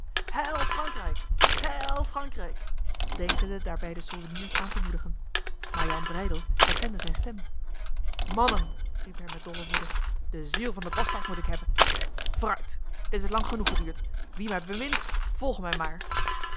heil frankrijk heil frankrijk denkende daarbij de soldeniers aan te moedigen maar jan breydel herkende zijn stem mannen riep hij met dolle woede de ziel van de bastaard moet ik hebben vooruit dit heeft lang genoeg geduurd wie mij bemint volge mij maar